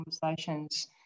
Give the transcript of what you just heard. conversations